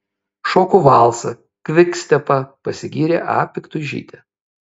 šoku valsą kvikstepą pasigyrė a piktuižytė